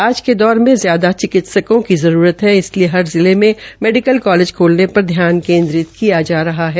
आज के दौर में ज्यादा चिकित्सकों को जरूरत है इसलिए हर जिले में मेडिकल कॉलेज खोलने पर ध्यान केन्द्रित किया जा रहा है